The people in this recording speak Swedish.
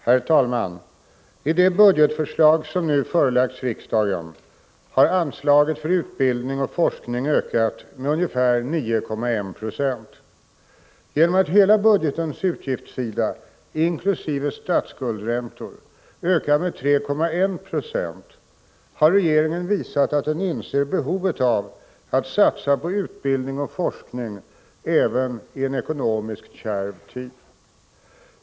Herr talman! I det budgetförslag som nu förelagts riksdagen har anslaget för utbildning och forskning ökat med ungefär 9,1 20. Genom att hela budgetens utgiftssida, inkl. statsskuldräntor, ökar med 3,1 26 har regeringen visat att den inser behovet av att satsa på utbildning och forskning även i en ekonomiskt kärv tid.